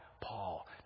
Paul